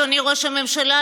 אדוני ראש הממשלה,